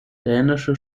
dänische